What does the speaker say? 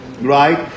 right